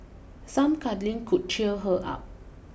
some cuddling could cheer her up